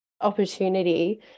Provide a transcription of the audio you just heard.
opportunity